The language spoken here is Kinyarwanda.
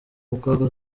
mukobwa